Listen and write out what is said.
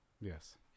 Yes